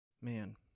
man